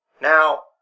Now